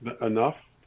enough